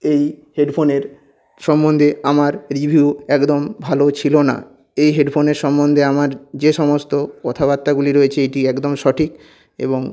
এই হেডফোনের সম্বন্ধে আমার রিভিউ একদম ভালো ছিল না এই হেডফোনের সম্বন্ধে আমার যে সমস্ত কথাবার্তাগুলি রয়েছে এটি একদম সঠিক এবং